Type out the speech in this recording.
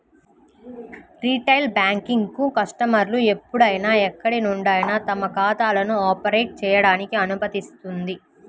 retail banking కస్టమర్లు ఎప్పుడైనా ఎక్కడి నుండైనా తమ ఖాతాలను ఆపరేట్ చేయడానికి అనుమతిస్తుంది